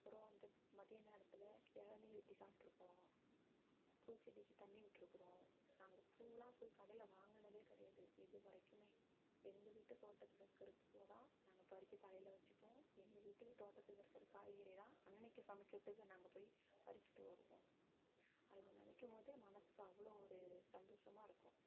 அப்புறோம் வந்து மத்திய நேரத்தில் இளனி வெட்டி சாப்பிட்ருப்போம் பூச்செடிக்கு தண்ணி விட்டுருக்குறோம் நாங்கள் பூவுல்லாம் போய் கடையில் வாங்குனதே கிடையாது இது வரைக்குமே எங்கள் வீட்டுத் தோட்டத்தில் இருக்கிற பூவைதான் நாங்கள் பறிச்சு தலையில் வச்சுப்போம் எங்கள் வீட்டுத் தோட்டத்தில் இருக்கிற காய்கறி தான் அன்னக்கு சமைக்கிறதுக்கு நாங்கள் போய் பறிச்சிகிட்டு வருவோம் அது நினைக்கும்மோது மனசுக்கு அவ்வளோ ஒரு சந்தோஷமாக இருக்கும்